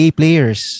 players